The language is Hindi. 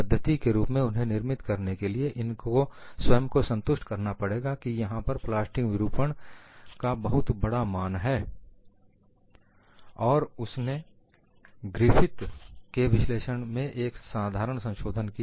पद्धति के रूप में उन्हें निर्मित करने के लिए इनको स्वयं को संतुष्ट करना पड़ेगा की यहां पर प्लास्टिक विरूपण का बहुत बड़ा मान है और उसने ग्रिफिथ के विश्लेषण में एक साधारण संशोधन किया